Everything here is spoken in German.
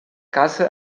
kasse